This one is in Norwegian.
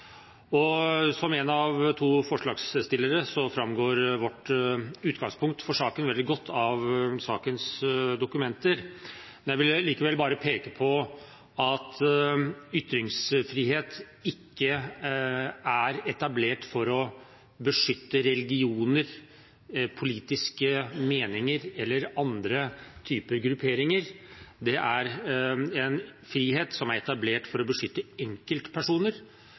ytringsfrihet. Som en av to forslagsstillere framgår vårt utgangspunkt for saken veldig godt av sakens dokumenter. Der vil jeg likevel peke på at ytringsfrihet ikke er etablert for å beskytte religioner, politiske meninger eller andre typer grupperinger. Det er en frihet som er etablert for å beskytte enkeltpersoner,